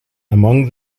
among